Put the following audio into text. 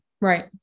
right